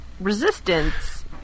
resistance